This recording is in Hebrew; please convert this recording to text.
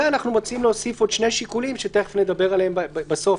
אנחנו מציעים להוסיף עוד שני שיקולים שתכף נדבר עליהם בסוף,